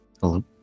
Hello